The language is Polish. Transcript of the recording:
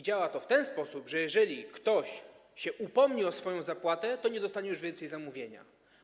Działa to w ten sposób, że jeżeli ktoś się upomni o swoją zapłatę, to nie dostanie już więcej zamówienia.